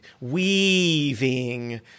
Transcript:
weaving